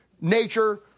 nature